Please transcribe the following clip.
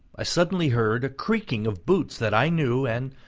i suddenly heard a creaking of boots that i knew, and,